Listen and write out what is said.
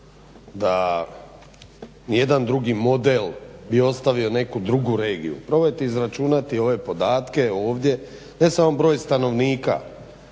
da ni jedan drugi model bi ostavio neku drugu regiju. Probajte izračunati ove podatke ovdje, ne samo broj stanovnika,